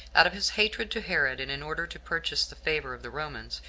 out of his hatred to herod, and in order to purchase the favor of the romans,